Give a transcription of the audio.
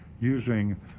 Using